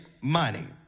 money